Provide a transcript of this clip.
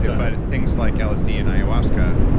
but things like lsd and ayahuasca,